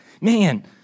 man